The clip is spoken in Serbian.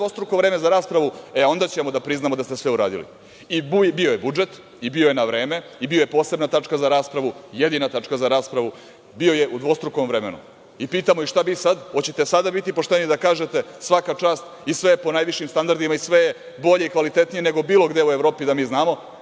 dvostruko vreme za raspravu, e onda ćemo da priznamo da ste sve uradili.I bio je budžet, bio je na vreme, i bio je posebna tačka za raspravu, jedina tačka za raspravu, bio je u dvostrukom vremenu. Pitamo – šta bi sada? Hoćete sada biti pošteni da kažete svaka čast i sve je po najvišim standardima i sve je bolje i kvalitetnije nego bilo gde u Evropi da mi znamo?